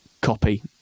copy